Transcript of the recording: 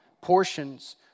portions